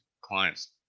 clients